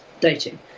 dating